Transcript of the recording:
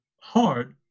hard